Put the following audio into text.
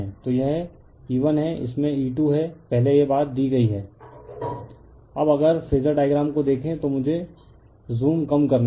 तो यह E1 है इसमें E2 है पहले यह बात दी गई है रिफर स्लाइड टाइम 1053 अब अब अगर फेजर डायग्राम को देखें तो मुझे ज़ूम कम करने दें